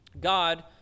God